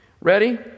Ready